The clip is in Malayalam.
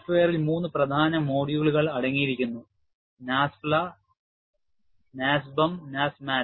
സോഫ്റ്റ്വെയറിൽ മൂന്ന് പ്രധാന മൊഡ്യൂളുകൾ അടങ്ങിയിരിക്കുന്നു NASFLA NASBEM NASMAT